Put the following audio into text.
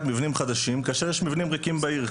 מבנים חדשים כאשר יש מבנים ריקים בעיר,